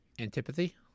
Antipathy